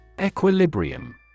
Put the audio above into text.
Equilibrium